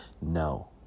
No